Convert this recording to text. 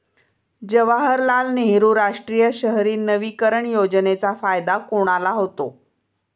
जवाहरलाल नेहरू राष्ट्रीय शहरी नवीकरण योजनेचा फायदा कोणाला होतो?